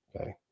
Okay